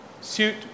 suit